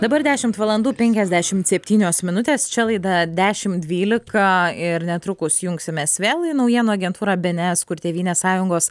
dabar dešimt valandų penkiasdešimt septynios minutės čia laida dešim dvylika ir netrukus jungsimės vėl į naujienų agentūrą bėnėes kur tėvynės sąjungos